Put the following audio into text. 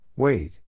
Wait